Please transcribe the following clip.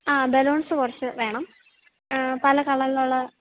ആ ബലൂൺസ് കുറച്ച് വേണം പല കളറിലുള്ള